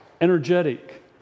energetic